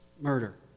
murder